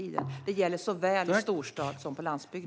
Det gäller såväl storstad som landsbygd.